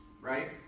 Right